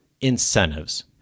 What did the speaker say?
incentives